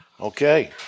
Okay